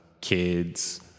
kids